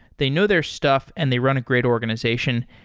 they know their stuff and they run a great organization.